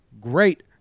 great